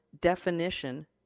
Definition